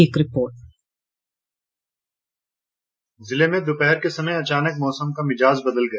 एक रिपोर्ट जिले में दोपहर के समय अचानक मौसम ने का मिजाज बदल गया